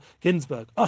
Ginsburg